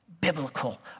biblical